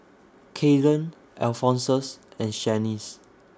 Kaden Alphonsus and Shanice